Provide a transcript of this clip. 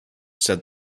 said